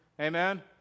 Amen